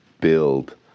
build